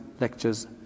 lectures